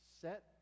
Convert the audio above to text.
set